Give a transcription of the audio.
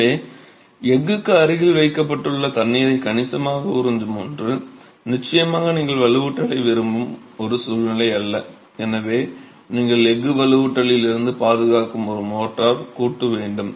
எனவே எஃகுக்கு அருகில் வைக்கப்பட்டுள்ள தண்ணீரை கணிசமாக உறிஞ்சும் ஒன்று நிச்சயமாக நீங்கள் உருவாக்க விரும்பும் ஒரு சூழ்நிலை அல்ல எனவே நீங்கள் எஃகு வலுவூட்டலில் இருந்து பாதுகாக்கும் ஒரு மோர்ட்டார் கூட்டு வேண்டும்